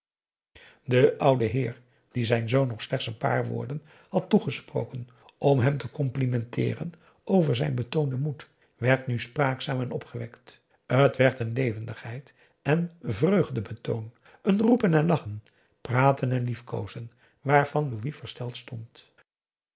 de oude heer die zijn zoon nog slechts n paar woorden had toegesproken om hem te complimenteeren over zijn betoonden moed werd nu spraakzaam en opgewekt het werd een levendigheid en vreugdebetoon een roepen en lachen praten en liefkoozen waarvan louis versteld stond